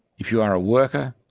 if you are a worker,